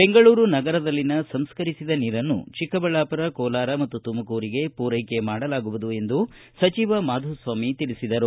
ಬೆಂಗಳೂರು ನಗರದಲ್ಲಿನ ಸಂಸ್ಕರಿಸಿದ ನೀರನ್ನು ಚಿಕ್ಕಬಳ್ಳಾಪುರ ಕೋಲಾರ ಮತ್ತು ತುಮಕೂರಿಗೆ ಪೂರೈಕೆ ಮಾಡಲಾಗುವುದು ಎಂದು ಸಚಿವ ಮಾಧುಸ್ವಾಮಿ ತಿಳಿಸಿದರು